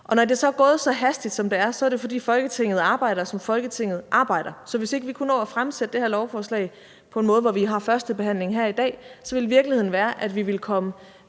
Når det så er gået så hastigt, som det er, er det, fordi Folketinget arbejder, som Folketinget arbejder, så hvis ikke vi kunne nå at fremsætte det her lovforslag på en måde, hvor vi har første behandling her i dag, ville virkeligheden være, at vi ville komme